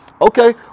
okay